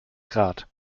grad